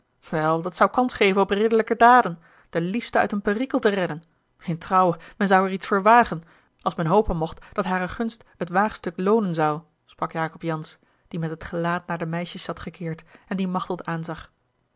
wel dat zou kans geven op ridderlijke daden de liefste uit een perikel te redden in trouwe men zou er iets voor wagen als men hopen mocht dat hare gunst het waagstuk loonen zou sprak jacob jansz die met het gelaat naar de meisjes zat gekeerd en die machteld